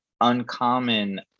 uncommon